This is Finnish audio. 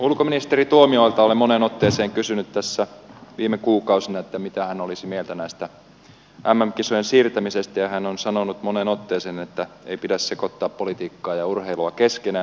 ulkoministeri tuomiojalta olen moneen otteeseen kysynyt tässä viime kuukausina mitä hän olisi mieltä tästä mm kisojen siirtämisestä ja hän on sanonut moneen otteeseen että ei pidä sekoittaa politiikkaa ja urheilua keskenään